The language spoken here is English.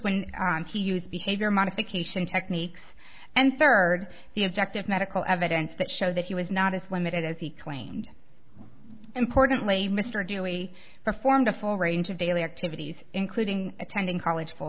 when he used behavior modification techniques and third the objective medical evidence that showed that he was not as limited as he claimed importantly mr dooley performed a full range of daily activities including attending college full